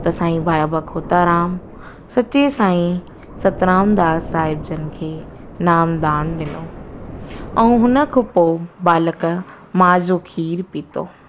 त साईं बाबा खोताराम सच्चे साई सतराम दास साहिब जन खे नाम दान ॾिनो ऐं हुन खां पोइ बालक माउ खां खीरु पीतो